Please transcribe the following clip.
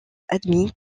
admis